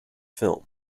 film